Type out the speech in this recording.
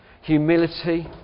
humility